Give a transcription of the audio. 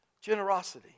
Generosity